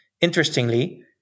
Interestingly